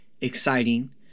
exciting